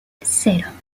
cero